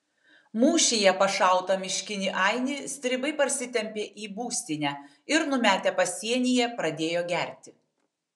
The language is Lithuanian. mūšyje pašautą miškinį ainį stribai parsitempė į būstinę ir numetę pasienyje pradėjo gerti